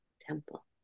temple